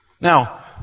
Now